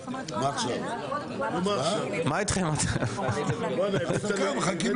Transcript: חוק לביטול אזרחותו או תושבותו של פעיל טרור שמקבל